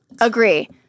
Agree